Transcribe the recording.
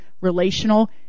relational